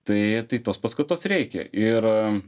tai tai tos paskatos reikia ir